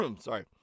sorry